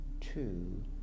two